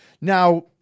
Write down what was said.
Now